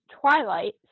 twilight